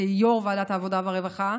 כיו"ר ועדת העבודה והרווחה.